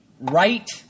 right